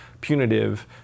punitive